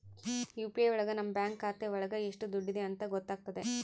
UPI ಒಳಗ ನಮ್ bank ಖಾತೆ ಒಳಗ ಎಷ್ಟ್ ದುಡ್ಡಿದೆ ಅಂತ ಗೊತ್ತಾಗ್ತದೆ